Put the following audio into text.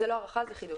זה לא הארכה, זה חידוש.